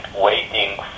waiting